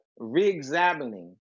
Reexamining